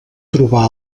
trobar